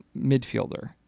midfielder